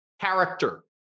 character